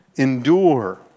Endure